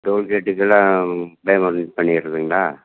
toll கேட்டுக்கெல்லாம் payment பண்ணிடுவீங்களா